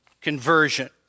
conversion